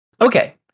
Okay